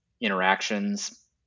interactions